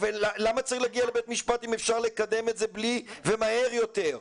למה צריך להגיע לבית משפט אם אפשר לקדם את זה בלעדיו ומהר יותר.